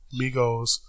Migos